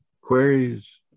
queries